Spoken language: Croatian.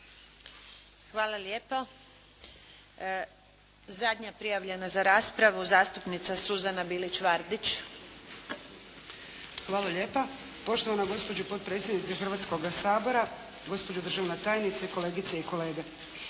Hvala lijepa. Zadnja prijavljena za raspravu zastupnica Suzana Bilić-Vardić. **Bilić Vardić, Suzana (HDZ)** Hvala lijepa. Poštovana gospođo potpredsjednice Hrvatskoga sabora, gospodo državna tajnice, kolegice i kolege.